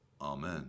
Amen